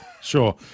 sure